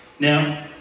Now